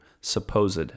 supposed